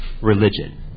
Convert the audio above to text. religion